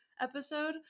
episode